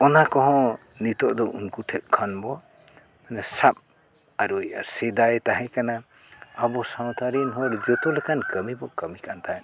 ᱚᱱᱟ ᱠᱚᱦᱚᱸ ᱱᱤᱛᱚᱜ ᱫᱚ ᱩᱱᱠᱩ ᱴᱷᱮᱡ ᱠᱷᱚᱱ ᱵᱚ ᱥᱟᱵ ᱟᱹᱨᱩᱭᱮᱜᱼᱟ ᱥᱮᱫᱟᱭ ᱛᱟᱦᱮᱸ ᱠᱟᱱᱟ ᱟᱵᱚ ᱥᱟᱶᱛᱟ ᱨᱮᱱ ᱦᱚᱲ ᱡᱚᱛᱚ ᱞᱮᱠᱟᱱ ᱠᱟᱹᱢᱤ ᱵᱚ ᱠᱟᱹᱢᱤ ᱠᱟᱱ ᱛᱟᱦᱮᱸ